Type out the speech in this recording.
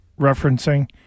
referencing